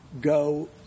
go